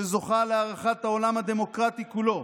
שזוכה להערכת העולם הדמוקרטי כולו?